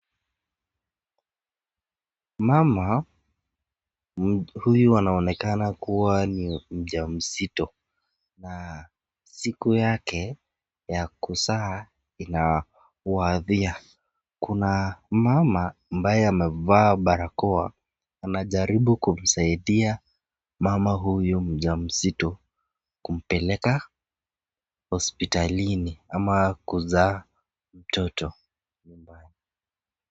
Mama huyu anaonekana kuwa ni mjamzito na siku yake ya kuzaa inawadia. Kuna mama ambaye amevaa barakoa anajaribu kumsaidia mama huyu mjamzito kumpeleka hospitalini ama kuzaa mtoto nyumbani.